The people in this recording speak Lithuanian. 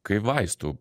kai vaistų